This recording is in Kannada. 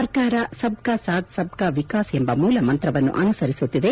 ಸರ್ಕಾರ ಸಬ್ ಕಾ ಸಾಥ್ ಸಬ್ ಕಾ ವಿಕಾಸ್ ಎಂಬ ಮೂಲಮಂತ್ರವನ್ನು ಅನುಸರಿಸುತ್ತಿದೆ